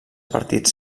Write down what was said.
partits